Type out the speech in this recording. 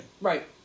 Right